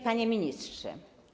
Panie Ministrze!